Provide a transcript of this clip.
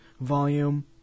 volume